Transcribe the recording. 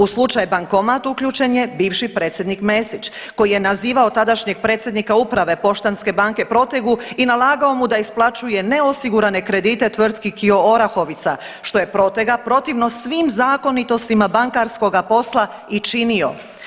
U slučaj bankomat uključen je bivši predsjednik Mesić koji je nazivao tadašnjeg predsjednika uprave Poštanske banke Protegu i nalagao mu da isplaćuje neosigurane kredite tvrtki KIO Orahovica što je Protega protivno svim zakonitostima bankarskoga posla i činio.